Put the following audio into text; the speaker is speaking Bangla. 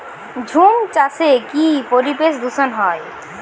ঝুম চাষে কি পরিবেশ দূষন হয়?